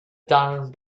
darn